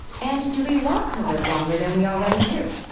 and do we want to live longer than we already do?